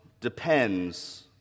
depends